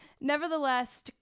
Nevertheless